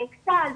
באכסאל,